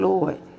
Lord